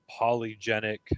polygenic